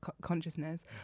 consciousness